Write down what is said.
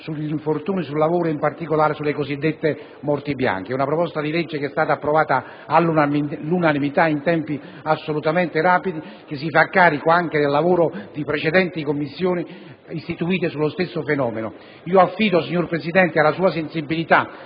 sugli infortuni sul lavoro e in particolare sulle cosiddette morti bianche. Tale proposta è stata approvata all'unanimità in tempi assolutamente rapidi, e si farà carico anche del lavoro di precedenti Commissioni istituite sullo stesso fenomeno. Mi affido, signor Presidente, alla sua sensibilità